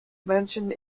mentioned